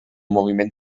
moviment